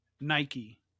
Nike